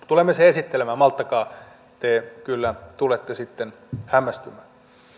tulemme sen esittelemään malttakaa te kyllä tulette sitten hämmästymään